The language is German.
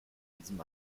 diesem